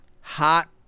hot